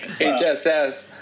HSS